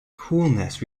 coolness